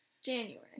January